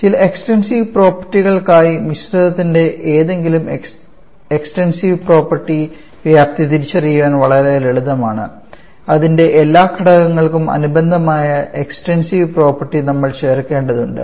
ചില എക്സ്ടെൻസീവ് പ്രോപ്പർട്ടികൾക്കായി മിശ്രിതത്തിന്റെ ഏതെങ്കിലും എക്സ്ടെൻസീവ് പ്രോപ്പർട്ടി വ്യാപ്തി തിരിച്ചറിയാൻ വളരെ ലളിതമാണ് അതിന്റെ എല്ലാ ഘടകങ്ങൾക്കും അനുബന്ധമായ എക്സ്ടെൻസീവ് പ്രോപ്പർട്ടി നമ്മൾ ചേർക്കേണ്ടതുണ്ട്